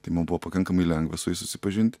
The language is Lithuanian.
tai mum buvo pakankamai lengva su jais susipažint